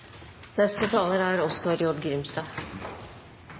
Neste taler er